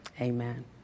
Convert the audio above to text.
Amen